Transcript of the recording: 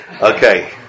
okay